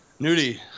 Nudie